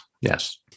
Yes